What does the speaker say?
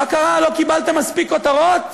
מה קרה, לא קיבלתם מספיק כותרות?